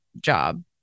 job